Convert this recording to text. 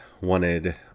wanted